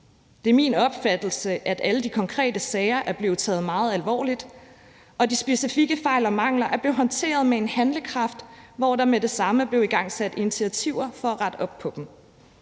Det er min opfattelse, at alle de konkrete sager er blevet taget meget alvorligt, og at de specifikke fejl og mangler er blevet håndteret med en handlekraft, hvor der med det samme er blevet igangsat initiativer for at rette op på dem.